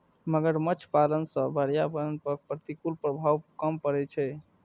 मगरमच्छ पालन सं पर्यावरण पर प्रतिकूल प्रभाव कम पड़ै छै